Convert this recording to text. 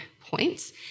Points